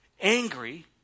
angry